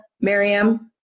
miriam